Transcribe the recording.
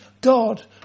God